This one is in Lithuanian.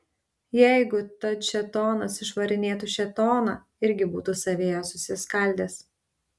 jeigu tad šėtonas išvarinėtų šėtoną irgi būtų savyje susiskaldęs